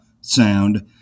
sound